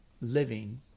living